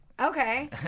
okay